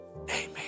amen